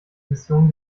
mission